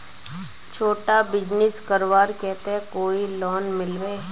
छोटो बिजनेस करवार केते कोई लोन मिलबे?